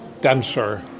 denser